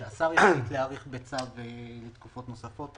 השר יחליט להאריך בצו לתקופות נוספות.